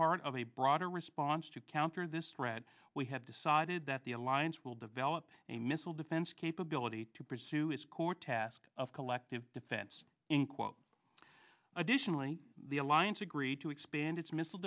part of a broader response to counter this threat we have decided that the alliance will develop a missile defense capability to pursue its core task of collective defense in quote additionally the alliance agreed to expand its missile